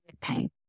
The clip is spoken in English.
pain